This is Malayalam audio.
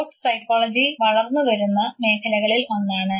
സ്പോർട്സ് സൈക്കോളജി വളർന്നു വരുന്ന മേഖലകളിൽ ഒന്നാണ്